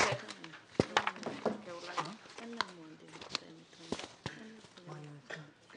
החקיקה כאן מורכבת משני